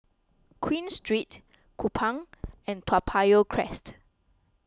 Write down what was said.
Queen Street Kupang and Toa Payoh Crest